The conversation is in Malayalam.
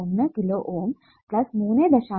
1 കിലോ Ω 3